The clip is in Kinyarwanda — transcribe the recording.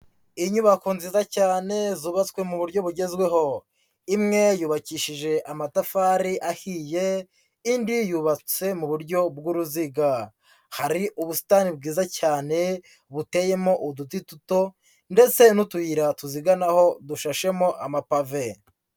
Inyubako nziza cyane, zubatswe mu uburyo bugezweho. Imwe, y'ubakishije, amatafari, ahiye, indi yubatse, mu buryo bw'uruziga. Hari ubusitani bwiza cyane, buteyemo uduti duto, ndetse n'utuyira, tuziganaho, dushashemo, amapave.